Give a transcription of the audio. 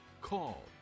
call